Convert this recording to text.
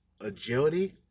agility